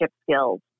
skills